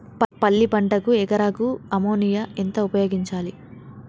పల్లి పంటకు ఎకరాకు అమోనియా ఎంత ఉపయోగించాలి?